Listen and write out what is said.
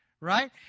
right